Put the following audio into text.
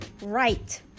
right